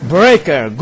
Breaker